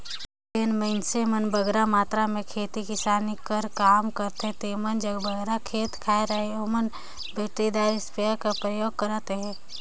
जेन मइनसे मन बगरा मातरा में खेती किसानी कर काम करथे जेमन जग बगरा खेत खाएर अहे ओमन बइटरीदार इस्पेयर कर परयोग करत अहें